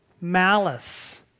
Malice